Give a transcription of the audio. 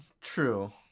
True